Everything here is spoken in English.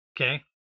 Okay